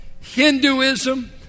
Hinduism